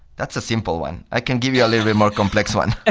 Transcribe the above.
that's a simple one. i can give you a little bit more complex one